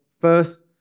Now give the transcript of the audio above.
first